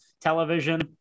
television